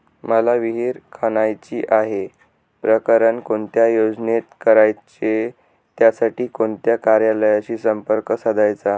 मला विहिर खणायची आहे, प्रकरण कोणत्या योजनेत करायचे त्यासाठी कोणत्या कार्यालयाशी संपर्क साधायचा?